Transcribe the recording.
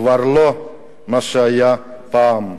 כבר לא מה שהיו פעם,